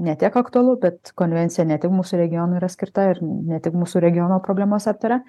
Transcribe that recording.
ne tiek aktualu bet konvencija ne tik mūsų regionui yra skirta ir ne tik mūsų regiono problemas aptaria